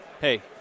hey